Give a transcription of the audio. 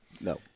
No